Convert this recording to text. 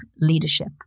leadership